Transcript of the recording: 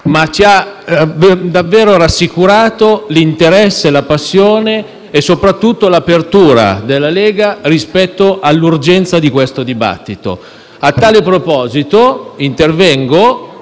ci hanno davvero rassicurato l'interesse, la passione e soprattutto l'apertura della Lega rispetto all'urgenza di questo dibattito. A tale proposito, oltre